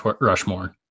rushmore